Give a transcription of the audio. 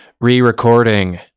re-recording